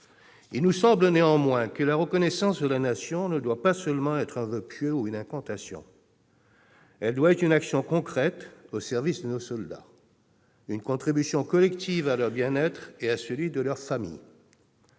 Il nous semble néanmoins que la reconnaissance de la Nation ne doit pas seulement être un voeu pieux ou une incantation. Elle doit être une action concrète au service de nos soldats, une contribution collective à leur bien-être et à celui de leur famille.